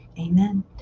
Amen